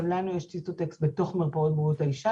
גם לנו יש ציטוטק בתוך מרפאות בריאות האישה